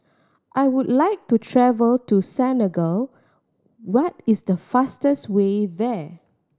I would like to travel to Senegal what is the fastest way there